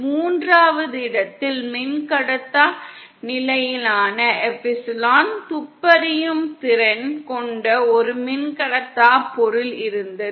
மூன்றாவது இடத்தில் மின்கடத்தா நிலையான எப்சிலன் துப்பறியும் திறன் கொண்ட ஒரு மின்கடத்தா பொருள் இருந்தது